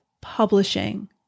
publishing